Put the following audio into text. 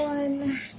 One